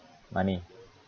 money